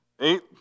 Eight